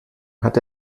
hat